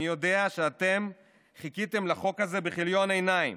אני יודע שחיכיתם לחוק הזה בכיליון עיניים.